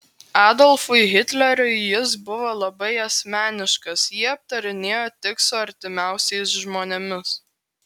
adolfui hitleriui jis buvo labai asmeniškas jį aptarinėjo tik su artimiausiais žmonėmis